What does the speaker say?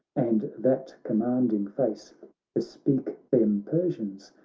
and that commanding face bespeak them persians,